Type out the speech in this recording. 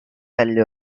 alle